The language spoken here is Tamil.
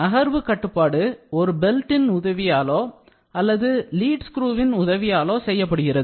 நகர்வு கட்டுப்பாடு ஒரு பெல்டன் உதவியாலோ அல்லது லீட் ஸ்குருவின் உதவியாலோ செய்யப்படுகிறது